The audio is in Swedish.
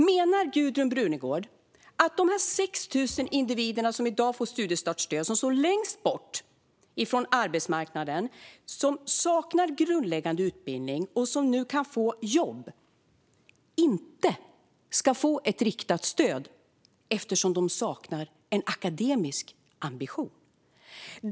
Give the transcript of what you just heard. Menar Gudrun Brunegård att de 6 000 individer som i dag får studiestartsstöd - de står längst bort från arbetsmarknaden, saknar grundläggande utbildning och nu kan få jobb - inte ska få ett riktat stöd eftersom de saknar en akademisk ambition?